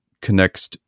connects